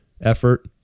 effort